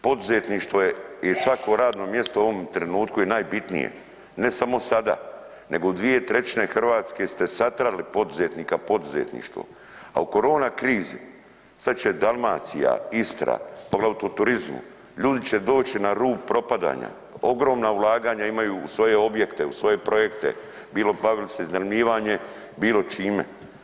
Poduzetništvo i svako radno mjesto u ovom trenutku je najbitnije, ne samo sada nego dvije trećine Hrvatske ste satrali poduzetnika, poduzetništvo, a u korona krizi sad će Dalmacija, Istra poglavito u turizmu ljudi će doći na rub propadanja, ogromna ulaganja imaju u svoje objekte u svoje projekte bilo bavili se iznajmljivanjem, bilo čime.